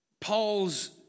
Paul's